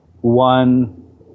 one